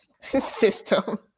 system